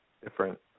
different